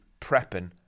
prepping